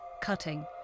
cutting